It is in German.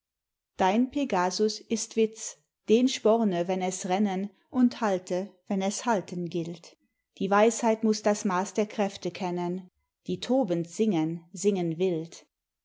dein pegasus ist witz den sporne wenn es rennen und halte wenn es halten gilt die weisheit muss das maß der kräfte kennen die tobend singen singen wild